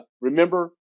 remember